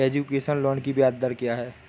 Education loan की ब्याज दर क्या है?